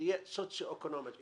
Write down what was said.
שתהיה סוציו אקונומית.